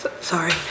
Sorry